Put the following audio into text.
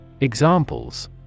Examples